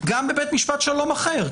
גם בבית משפט שלום אחר,